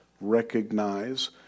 recognize